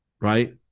right